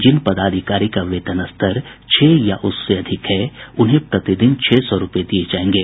जिन पदाधिकारी का वेतन स्तर छह या उससे अधिक है उन्हें प्रतिदिन छह सौ रूपये दिये जायेंगे